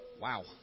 Wow